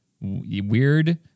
Weird